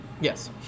Yes